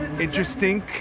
Interesting